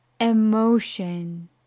Emotion